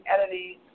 editing